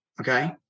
Okay